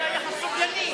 היה יחס סובלני.